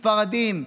ספרדים,